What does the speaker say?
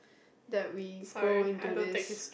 that we grow into this